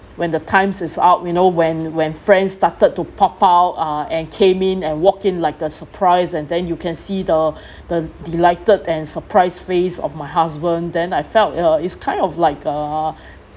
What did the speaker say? when the times is out you know when when friends started to pop out uh and came in and walk in like a surprise and then you can see the the delighted and surprised face of my husband then I felt uh it's kind of like a